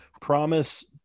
promise